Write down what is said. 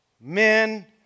Men